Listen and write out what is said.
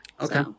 Okay